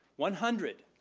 one hundred.